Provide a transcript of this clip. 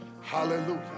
Hallelujah